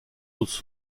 dans